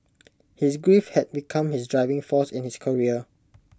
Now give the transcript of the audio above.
his grief had become his driving force in his career